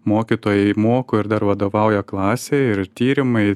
mokytojai moko ir dar vadovauja klasei ir tyrimai